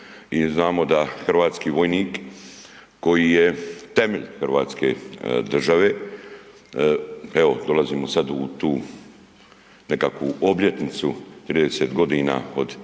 znamo da hrvatski vojnik koji je temelj Hrvatske države, evo dolazimo sad u tu nekakvu obljetnicu, 30 godina od tih